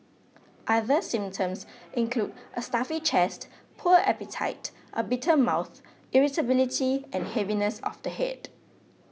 other symptoms include a stuffy chest poor appetite a bitter mouth irritability and heaviness of the head